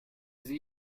sie